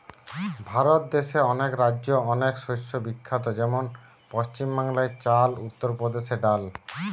ভারত দেশে অনেক রাজ্যে অনেক শস্য বিখ্যাত যেমন পশ্চিম বাংলায় চাল, উত্তর প্রদেশে ডাল